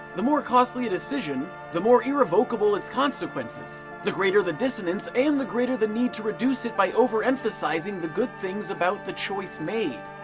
the more costly a decision. the more irrevocable its consequences, the greater the dissonance and the greater the need to reduce it by overemphasizing the good things about the choice made.